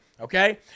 Okay